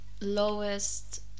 Lowest